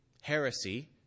heresy